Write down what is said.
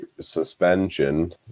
suspension